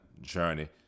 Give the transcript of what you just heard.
journey